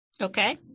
Okay